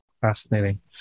Fascinating